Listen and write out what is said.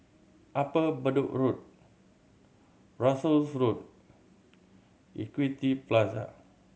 Upper Bedok Road Russels Road Equity Plaza